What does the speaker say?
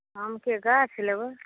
आमके गाछ लेबै